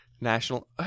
National